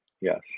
yes